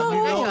זה ברור.